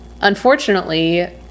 Unfortunately